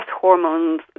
hormones